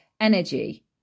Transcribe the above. energy